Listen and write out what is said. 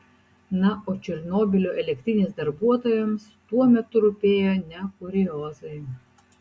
na o černobylio elektrinės darbuotojams tuo metu rūpėjo ne kuriozai